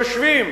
יושבים